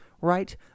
right